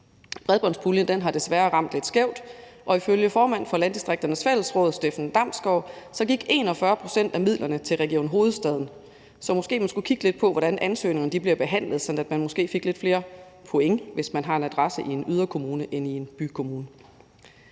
Bredbåndspuljen har desværre ramt lidt skævt, og ifølge formand for Landdistrikternes Fællesråd, Steffen Damsgaard, gik 41 pct. af midlerne til Region Hovedstaden, så måske man skulle kigge lidt på, hvordan ansøgningerne bliver behandlet, sådan at man måske fik lidt flere point, hvis man har en adresse i en yderkommune i stedet for i en bykommune.